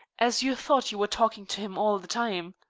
as you thought you were talking to him all the time.